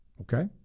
Okay